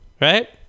right